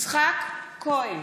יצחק כהן,